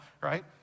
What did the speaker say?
right